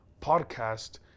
podcast